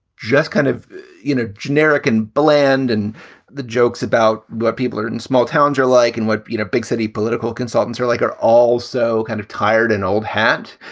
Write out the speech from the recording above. just kind of in a generic and bland and the jokes about where people are in small towns, you're like and what you know big city political consultants are like are also kind of tired and old hat,